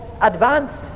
advanced